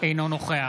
אינו נוכח